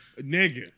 Nigga